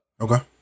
Okay